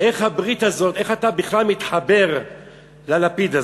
איך הברית הזאת, איך אתה בכלל מתחבר ללפיד הזה.